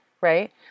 right